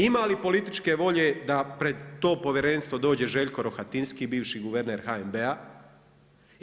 Ima li političke volje da pred to povjerenstvo dođe Željko Rohatinski, bivši guverner HNB-a?